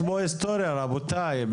יש פה היסטוריה רבותי,